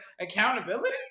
accountability